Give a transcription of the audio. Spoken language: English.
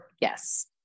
Yes